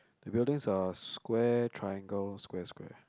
the buildings are square triangle square square